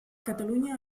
catalunya